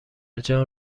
جان